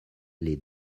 les